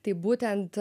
tai būtent